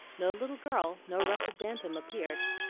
no little girl, no ruffled bantam, appeared.